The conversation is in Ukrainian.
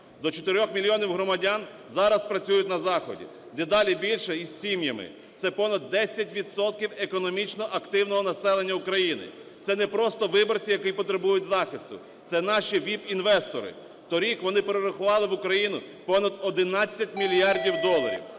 До 4 мільйонів громадян зараз працюють на Заході, дедалі більше із сім'ями. Це понад 10 відсотків економічно активного населення України. Це не просто виборці, які потребують захисту, це наші vip-інвестори, торік вони перерахували в Україну понад 11 мільярдів доларів.